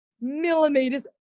millimeters